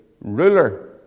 ruler